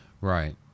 Right